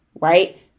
right